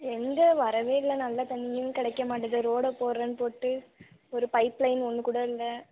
எங்கே வரவே இல்லை நல்ல தண்ணியும் கிடைக்க மாட்டேது ரோடை போடுறேனு போட்டு ஒரு பைப் லைன் ஒன்று கூட இல்லை